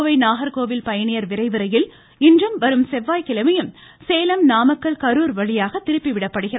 கோவை நாகர்கோவில் பயணியர் விரைவு ரயில் இன்றும் வரும் செவ்வாய் கிழமையும் சேலம் நாமக்கல் கரூர் வழியாக திருப்பிவிடப்படுகிறது